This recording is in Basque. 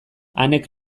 anek